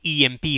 EMP